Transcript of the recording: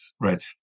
right